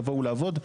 יבואו לעבוד.